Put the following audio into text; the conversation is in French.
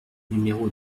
numéro